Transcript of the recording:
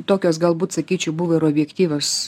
tokios galbūt sakyčiau buvo ir objektyvios